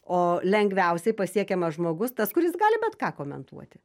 o lengviausiai pasiekiamas žmogus tas kuris gali bet ką komentuoti